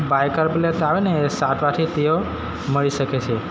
બાયકર પ્લેટ આવેને છાંટવાથી તેઓ મરી શકે છે